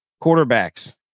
Quarterbacks